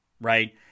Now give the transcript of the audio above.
right